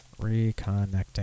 Reconnecting